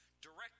direct